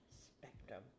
spectrum